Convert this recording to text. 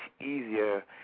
easier